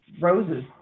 roses